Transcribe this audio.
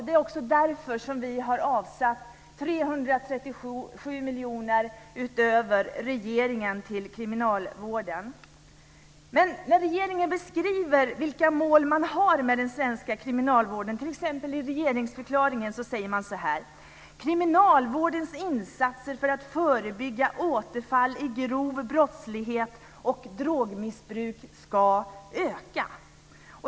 Det är också därför som vi har avsatt 337 miljoner kronor utöver regeringens anslag till kriminalvården. När regeringen beskriver vilka mål man har med den svenska kriminalvården säger man t.ex. i regeringsförklaringen: "Kriminalvårdens insatser för att förebygga återfall i grov brottslighet och drogmissbruk ska öka."